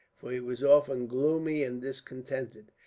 for he was often gloomy and discontented,